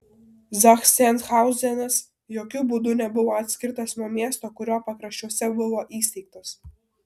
zachsenhauzenas jokiu būdu nebuvo atskirtas nuo miesto kurio pakraščiuose buvo įsteigtas